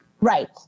Right